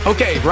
Okay